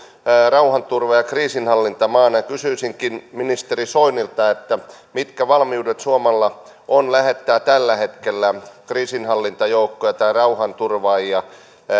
rauhanturvaaja ja kriisinhallintamaana kysyisinkin ministeri soinilta mitkä valmiudet suomella on lähettää tällä hetkellä kriisinhallintajoukkoja tai rauhanturvaajia